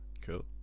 Cool